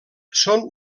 són